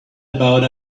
about